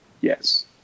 Yes